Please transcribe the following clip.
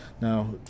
Now